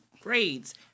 grades